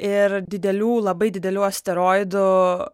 ir didelių labai didelių asteroidų